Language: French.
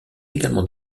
également